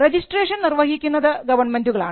registration നിർവഹിക്കുന്നത് ഗവൺമെൻറുകളാണ്